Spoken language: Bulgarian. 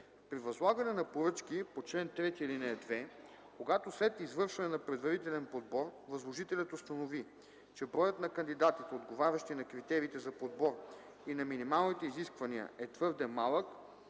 При възлагане на поръчки по чл. 3, ал. 2, когато след извършване на предварителен подбор възложителят установи, че броят на кандидатите, отговарящи на критериите за подбор и на минималните изисквания, е твърде малък,